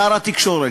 שר התקשורת,